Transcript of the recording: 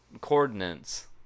coordinates